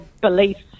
beliefs